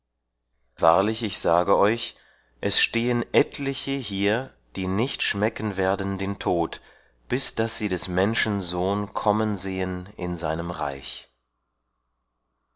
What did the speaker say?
wahrlich ich sage euch es stehen etliche hier die nicht schmecken werden den tod bis daß sie des menschen sohn kommen sehen in seinem reich